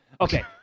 Okay